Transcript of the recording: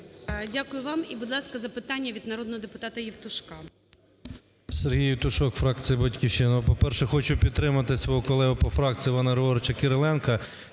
Дякую вам. І, будь ласка, запитання від народного депутата Євтушка.